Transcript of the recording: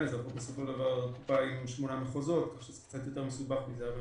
הקופה עם שמונה מחוזות וזה קצת יותר מסובך, אבל